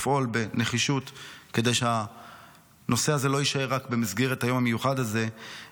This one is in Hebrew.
לפעול בנחישות כדי שהנושא הזה לא יישאר רק במסגרת היום המיוחד הזה,